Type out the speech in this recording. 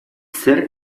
zer